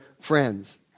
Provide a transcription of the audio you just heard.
friends